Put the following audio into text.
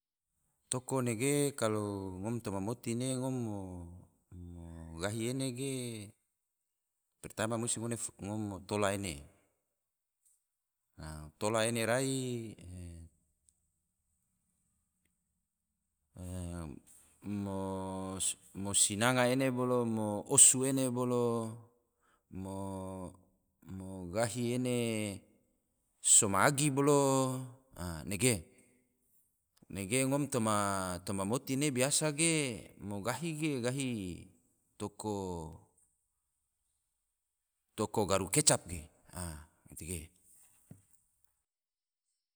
Toko nege kalo ngom toma moti ne ngom mo gahi ene ge, pertama musti ngom mo tola ene, tola ene rai mo sinanga ene bolo, mo osu ene bolo, mo gahi ene so magi bolo, a nege, nege ngom toma moti ne biasa ge mo gahi ge gahi toko garu kecap ge. a gatege